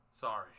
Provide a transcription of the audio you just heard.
Sorry